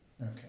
Okay